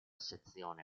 sezione